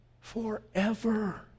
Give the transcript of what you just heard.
Forever